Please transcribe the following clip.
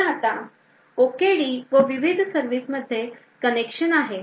तर आता OKD व विविध सर्विस मध्ये कनेक्शन आहे